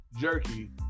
jerky